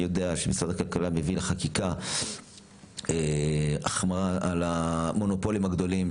אני יודע שמשרד הכלכלה מביא לחקיקה החמרה על המונופולים הגדולים,